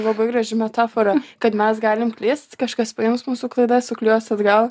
labai graži metafora kad mes galim klyst kažkas paims mūsų klaidas suklijuos atgal